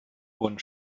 wurden